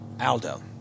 Aldo